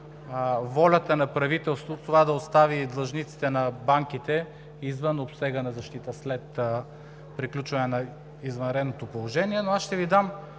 волята на правителството – да остави длъжниците на банките извън обсега на защита след приключване на извънредното положение,